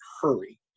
hurry